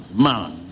man